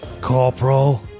Corporal